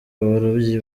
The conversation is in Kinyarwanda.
abarobyi